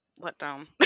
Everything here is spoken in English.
letdown